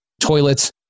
toilets